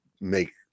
make